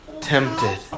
Tempted